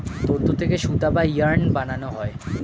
তন্তু থেকে সুতা বা ইয়ার্ন বানানো হয়